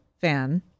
fan